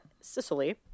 Sicily